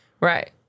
Right